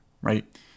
right